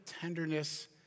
tenderness